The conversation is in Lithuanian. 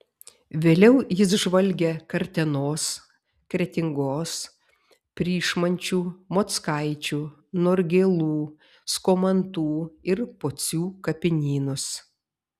vėliau jis žvalgė kartenos kretingos pryšmančių mockaičių norgėlų skomantų ir pocių kapinynus